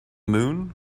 moon